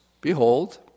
behold